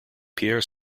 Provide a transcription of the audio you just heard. pierre